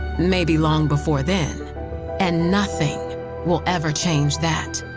maybe long before then and nothing will ever change that.